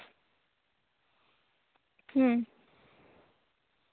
ᱦᱩᱸ